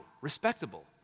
respectable